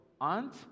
aunt